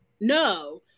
No